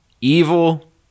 evil